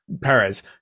Perez